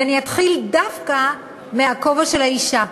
ואני אתחיל דווקא מהכובע של האישה.